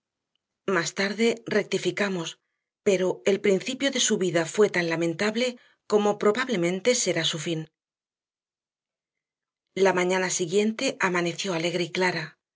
más tarde rectificamos pero el principio de su vida fue tan lamentable como probablemente será su fin la mañana siguiente amaneció alegre y clara